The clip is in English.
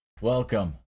Welcome